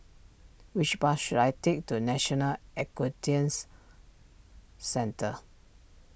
which bus should I take to National a quest Tian's Centre